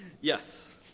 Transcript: Yes